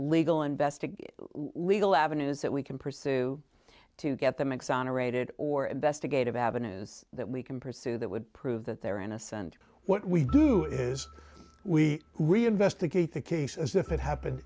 legal investigation legal avenues that we can pursue to get them exonerated or investigative avenues that we can pursue that would prove that they're innocent what we do is we re investigate the case as if it happened